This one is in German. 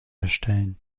erstellen